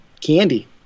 Candy